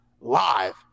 live